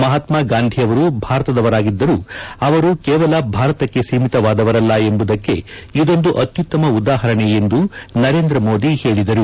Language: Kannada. ಮಹಾತ್ಮೆಗಾಂಧಿ ಅವರು ಭಾರತದವರಾಗಿದ್ದರೂ ಅವರು ಕೇವಲ ಭಾರತಕ್ಕೆ ಸೀಮಿತವಾದವರಲ್ಲ ಎಂಬುದಕ್ಕೆ ಇದೊಂದು ಅತ್ಯುತ್ತಮ ಉದಾಹರಣೆ ಎಂದು ನರೇಂದ್ರ ಮೋದಿ ಹೇಳಿದರು